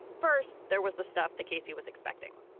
first, there was the stuff that casey was expecting.